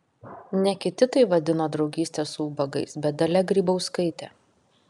ne kiti tai vadino draugyste su ubagais bet dalia grybauskaitė